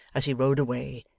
as he rode away,